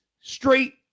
straight